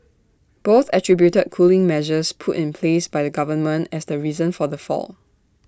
both attributed cooling measures put in place by the government as the reason for the fall